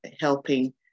helping